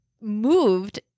moved